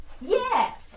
Yes